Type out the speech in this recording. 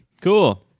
Cool